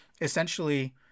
essentially